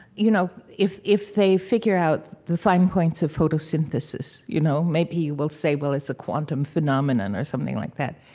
you know if if they figure out the fine points of photosynthesis, you know maybe we'll say, well, it's a quantum phenomenon or something like that.